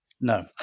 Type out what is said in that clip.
no